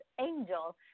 angel